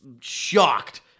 shocked